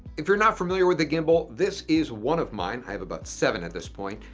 if you're not familiar with the gimbal, this is one of mine, i have about seven at this point.